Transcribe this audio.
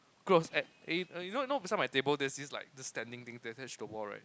gross eh you know you know beside my table there's this like this standing thing that's attached to the wall right